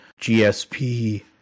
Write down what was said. GSP